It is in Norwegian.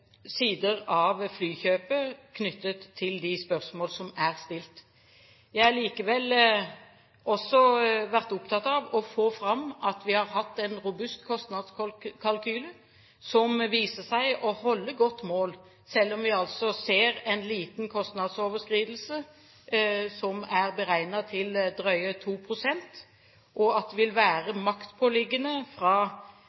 sider av flykjøpet knyttet til de spørsmål som er stilt. Jeg har likevel også vært opptatt av å få fram at vi har hatt en robust kostnadskalkyle som viser seg å holde godt mål, selv om vi altså ser en liten kostnadsoverskridelse som er beregnet til drøye 2 pst. Det vil være